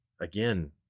again